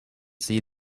see